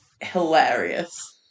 hilarious